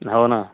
हो ना